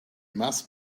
must